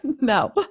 No